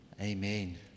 Amen